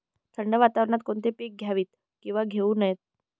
थंड वातावरणात कोणती पिके घ्यावीत? किंवा घेऊ नयेत?